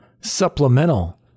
supplemental